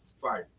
fight